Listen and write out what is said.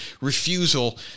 refusal